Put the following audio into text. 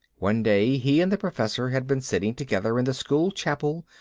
one day he and the professor had been sitting together in the school chapel,